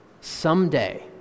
Someday